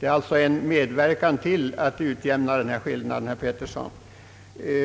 Det är alltså en medverkan till att utjämna denna skillnad, herr Petersson.